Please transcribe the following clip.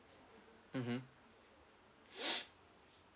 mmhmm